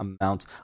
amount